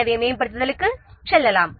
எனவே மேம்படுத்தலுக்கு செல்லலாம்